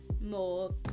more